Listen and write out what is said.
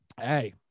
hey